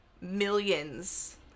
millions